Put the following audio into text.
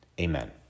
Amen